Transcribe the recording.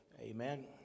amen